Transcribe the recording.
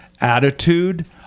Attitude